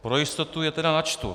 Pro jistotu je tedy načtu.